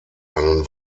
einen